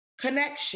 connection